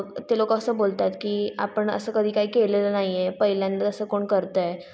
ते लोकं असं बोलत आहेत की आपण असं कधी काही केलेलं नाही आहे पहिल्यांदा असं कोण करतं आहे